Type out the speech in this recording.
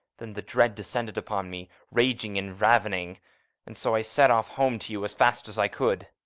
then the dread descended upon me, raging and ravening and so i set off home to you as fast as i could.